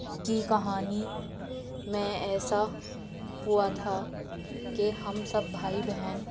کی کہانی میں ایسا ہوا تھا کہ ہم سب بھائی بہن